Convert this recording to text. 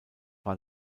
war